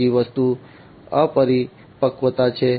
બીજી વસ્તુ અપરિપક્વતા છે